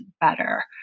better